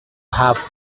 have